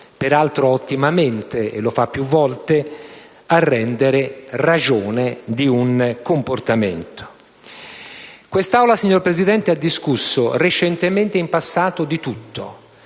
peraltro ottimamente e più volte - a rendere ragione di un comportamento. Quest'Assemblea, signor Presidente, ha discusso recentemente e in passato di tutto: